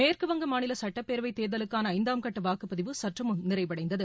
மேற்குவங்க மாநில சட்டப்பேரவைத் தேர்தலுக்கான ஐந்தாம் கட்ட வாக்குப்பதிவு சற்றுமுன் நிறைவடைந்தது